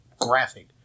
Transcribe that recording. graphic